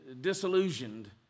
disillusioned